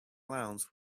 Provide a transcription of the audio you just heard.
clowns